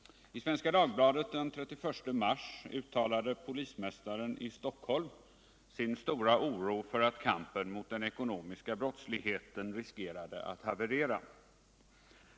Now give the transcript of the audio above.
I Svenska Dagbladet den 31 mars uttalade polismästaren i Stockholm sin stora oro över att kampen mot den ekonomiska brottsligheten riskerar att haverera.